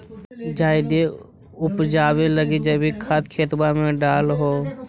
जायदे उपजाबे लगी जैवीक खाद खेतबा मे डाल हो?